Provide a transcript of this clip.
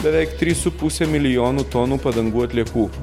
beveik trys su puse milijonų tonų padangų atliekų